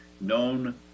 known